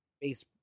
base